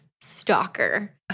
stalker